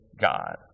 God